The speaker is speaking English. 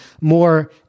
more